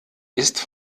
ist